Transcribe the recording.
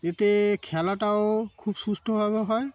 এতে খেলাটাও খুব সুষ্ঠুভাবে হয়